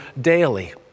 daily